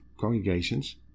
congregations